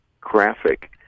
graphic